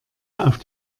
auf